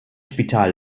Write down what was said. spital